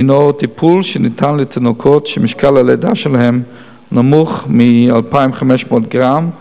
הינו טיפול שניתן לתינוקות שמשקל הלידה שלהם נמוך מ-2,500 גרם,